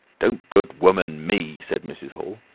don't good woman me, said mrs. hall.